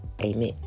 Amen